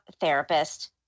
Therapist